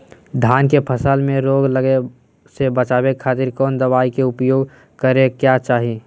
धान के फसल मैं रोग लगे से बचावे खातिर कौन दवाई के उपयोग करें क्या चाहि?